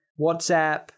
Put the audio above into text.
WhatsApp